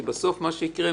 כי בסוף מה שיקרה,